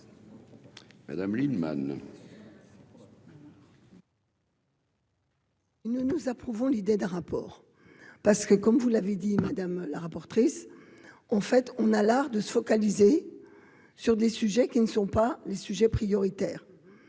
Madame Lienemann. Ne nous approuvons l'idée de rapport parce que comme vous l'avez dit madame la rapporterait, en fait, on a l'art de se focaliser sur des sujets qui ne sont pas les sujets prioritaires